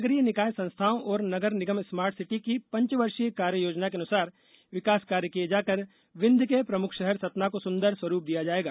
नगरीय निकाय संस्थाओं और नगर निगम स्मार्ट सिटी की पंचवर्षीय कार्ययोजना के अनुसार विकास कार्य किये जाकर विन्ध्य के प्रमुख शहर सतना को सुन्दर स्वरूप दिया जाएगा